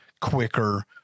quicker